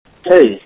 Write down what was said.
hey